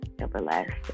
everlasting